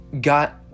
got